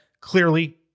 Clearly